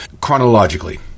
chronologically